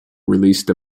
released